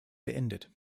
beendet